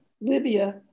Libya